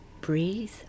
breathe